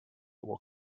will